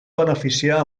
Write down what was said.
beneficiar